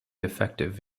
effective